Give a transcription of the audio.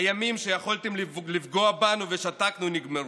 הימים שיכולתם לפגוע בנו ושתקנו נגמרו.